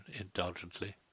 indulgently